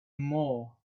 more